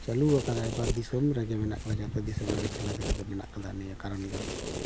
ᱪᱟᱹᱞᱩᱣᱟᱠᱟᱫᱟᱭ ᱵᱟ ᱫᱤᱥᱚᱢ ᱨᱮᱜᱮ ᱢᱮᱱᱟᱜ ᱠᱟᱫᱟ ᱡᱚᱛᱚ ᱫᱤᱥᱚᱢ ᱨᱮᱜᱮ ᱢᱮᱱᱟᱜ ᱠᱟᱫᱟ ᱠᱷᱮᱞᱟ ᱫᱷᱩᱞᱟᱹ ᱫᱚ ᱢᱮᱱᱟᱜ ᱠᱟᱫᱟ ᱱᱤᱭᱟᱹ ᱫᱚ ᱠᱟᱨᱚᱱ ᱜᱮ